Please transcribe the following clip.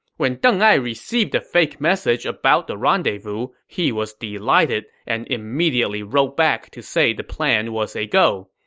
when deng ai received the fake message about the rendezvous, he was delighted and immediately wrote back to say the plan was a go.